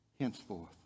Henceforth